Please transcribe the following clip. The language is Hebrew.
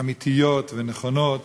אמיתיות ונכונות